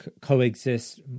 coexist